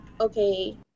okay